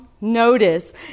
notice